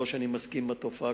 לא שאני מסכים עם התופעה,